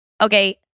Okay